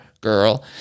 girl